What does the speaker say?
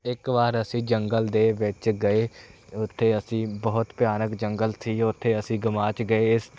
ਇੱਕ ਵਾਰ ਅਸੀਂ ਜੰਗਲ ਦੇ ਵਿੱਚ ਗਏ ਉੱਥੇ ਅਸੀਂ ਬਹੁਤ ਭਿਆਨਕ ਜੰਗਲ ਸੀ ਉੱਥੇ ਅਸੀਂ ਗਵਾਚ ਗਏ